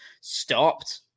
stopped